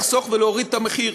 לחסוך ולהוריד את המחיר.